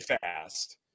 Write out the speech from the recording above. fast